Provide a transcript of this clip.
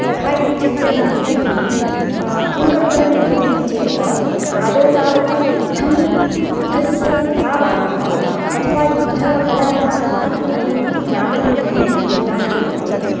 तथा यदि चिन्तनीयं तर्हि किं कर्तव्यं भवति इति चेत् आदौ तावत् युद्धं युद्धस्य प्रभावः कः अथवा युद्धकलायाः महत्वं किम् इति ज्ञापनीयं भवति जनानां कृते